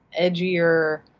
edgier